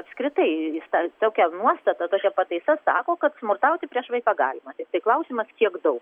apskritai tokia nuostata tokia pataisa sako kad smurtauti prieš vaiką galima tiktai klausimas kiek daug